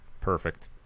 Perfect